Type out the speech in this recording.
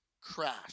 crash